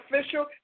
official